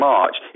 March